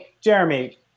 Jeremy